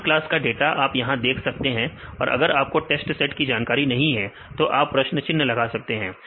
समान क्लास का डाटा आप यहां देख सकते हैं अगर आपको टेस्ट सेट की जानकारी नहीं है तो आप प्रश्न चिन्ह लगा सकते हैं